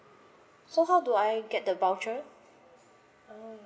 so how do I get the voucher ah